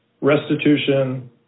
restitution